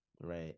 Right